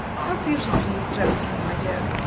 how beautifully you've dressed her, my dear.